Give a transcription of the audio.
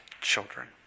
children